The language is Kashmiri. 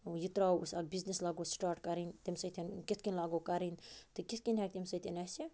یہِ ترٛاوو أسۍ اکھ بِزن۪س لاگو سِٹارٹ کَرٕنۍ تَمہِ سۭتٮ۪ن کِتھٕ کٔنۍ لاگو کَرٕنۍ تہٕ کِتھٕ کٔنۍ ہیٚکہِ امہِ سٍتۍ اَسہِ